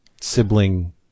sibling